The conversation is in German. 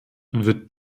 wird